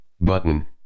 Button